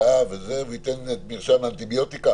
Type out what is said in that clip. "אה..." וזה וייתן את מרשם האנטיביוטיקה?